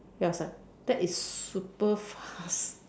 then I was like that is super fast